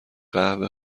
قهوه